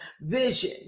vision